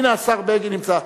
הנה, השר בגין נמצא.